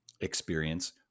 experience